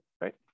right